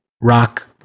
rock